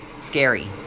Scary